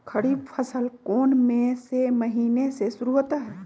खरीफ फसल कौन में से महीने से शुरू होता है?